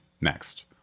next